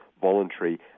voluntary